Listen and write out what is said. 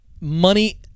money